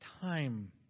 Time